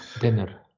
dinner